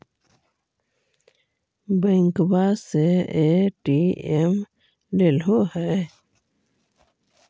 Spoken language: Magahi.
बैंकवा से ए.टी.एम लेलहो है?